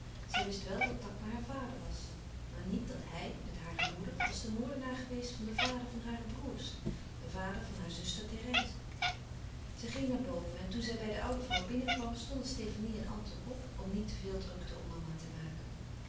zij wist wel dat takma haar vader was maar niet dat louis couperus van oude menschen de dingen die voorbij gaan hij met hare moeder was de moordenaar geweest van den vader van hare broêrs den vader van haar zuster therèse zij ging naar boven en toen zij bij de oude vrouw binnenkwam stonden stefanie en anton op om niet te veel drukte om mama te maken